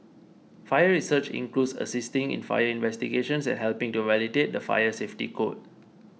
fire research includes assisting in fire investigations and helping to validate the fire safety code